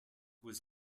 was